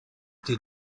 die